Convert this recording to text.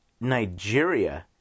Nigeria